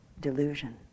delusion